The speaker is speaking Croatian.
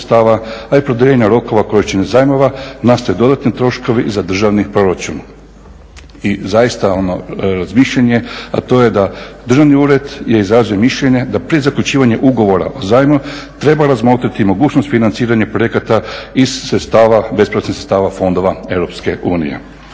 a i produljenja rokova korištenja zajmova nastaju dodatni troškovi za državni proračun. I zaista ono razmišljanje a to je da Državni ured je izrazio mišljenje da prije zaključivanja ugovora o zajmu treba razmotriti mogućnost financiranja projekata iz sredstava, .../Govornik se ne razumije./… sredstava fondova Europske unije.